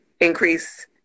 increase